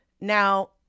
Now